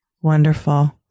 wonderful